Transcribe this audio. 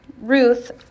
Ruth